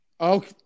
Okay